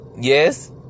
yes